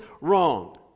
wrong